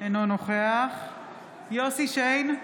אינו נוכח יוסף שיין,